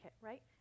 right